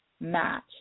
match